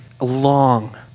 long